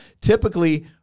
typically